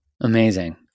Amazing